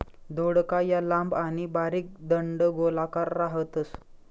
दौडका या लांब आणि बारीक दंडगोलाकार राहतस